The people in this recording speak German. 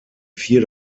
vier